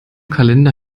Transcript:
kalender